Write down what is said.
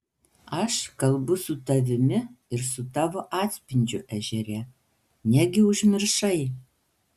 aš kalbu su tavimi ir su tavo atspindžiu ežere negi užmiršai